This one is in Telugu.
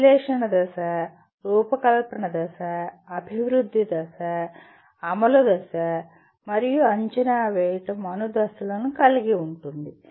విశ్లేషణ దశ రూపకల్పన దశ అభివృద్ధి దశ అమలు దశ మరియు అంచనా వేయడం అను దశలను కలిగి ఉంటుంది